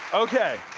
okay,